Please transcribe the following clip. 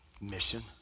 Mission